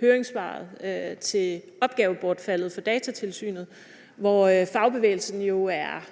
høringssvaret om opgavebortfaldet for Datatilsynet, hvor fagbevægelsen jo er,